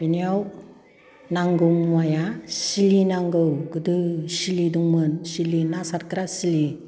बेनियाव नांगौ मुवाया सिलि नांगौ गोदो सिलि दंमोन सिलि ना सारग्रा सिलि